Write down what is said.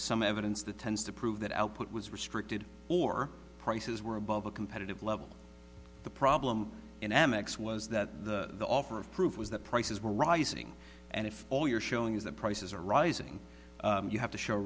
some evidence that tends to prove that output was restricted or prices were above a competitive level the problem in amex was that the offer of proof was that prices were rising and if all you're showing is that prices are rising you have to show